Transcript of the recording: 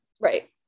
Right